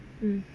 mm